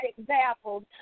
examples